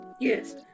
Yes